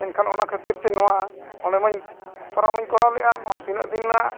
ᱮᱱᱠᱷᱟᱱ ᱚᱱᱟ ᱠᱷᱟᱹᱛᱤᱨᱛᱮ ᱱᱚᱣᱟ ᱚᱸᱰᱮᱢᱟᱧ ᱠᱚᱮᱟᱣᱢᱟᱧ ᱠᱚᱨᱟᱣ ᱞᱮᱜᱼᱟ ᱱᱚᱣᱟ ᱛᱤᱱᱟᱹᱜᱫᱤᱱ ᱱᱟᱜ